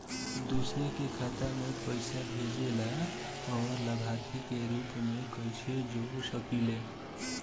दूसरे के खाता में पइसा भेजेला और लभार्थी के रूप में कइसे जोड़ सकिले?